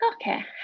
Okay